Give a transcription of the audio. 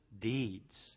deeds